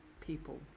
people